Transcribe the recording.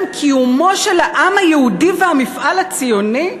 קיומו של העם היהודי והמפעל הציוני.